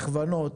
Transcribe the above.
הכוונות,